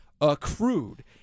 accrued